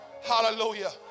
hallelujah